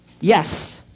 Yes